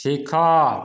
ଶିଖ